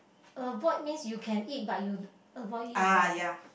avoid means you can eat but you avoid it or what